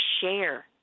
share